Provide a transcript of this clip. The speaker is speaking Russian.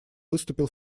выступил